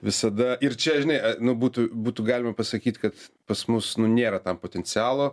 visada ir čia žinai nu būtų būtų galima pasakyt kad pas mus nu nėra tam potencialo